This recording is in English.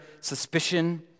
suspicion